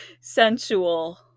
sensual